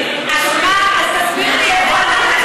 אז תסבירי לי איפה אנחנו?